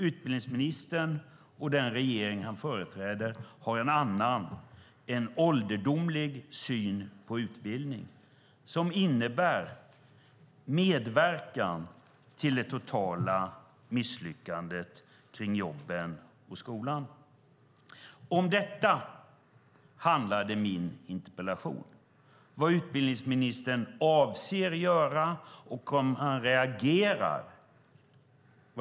Utbildningsministern och den regering han företräder har en annan och ålderdomlig syn på utbildning som innebär medverkan till det totala misslyckandet med jobben och skolan. Om detta handlade min interpellation. Den gällde vad utbildningsministern avser att göra och om han reagerar.